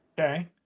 Okay